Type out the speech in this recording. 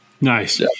Nice